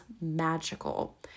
magical